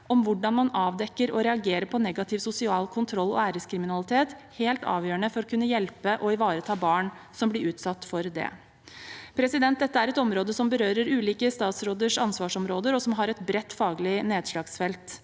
om hvordan man avdekker og reagerer på negativ sosial kontroll og æreskriminalitet, helt avgjørende for å kunne hjelpe og ivareta barn som blir utsatt for det. Dette er et område som berører ulike statsråders ansvarsområder og har et bredt faglig nedslagsfelt,